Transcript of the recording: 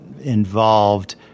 involved